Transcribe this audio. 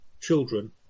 children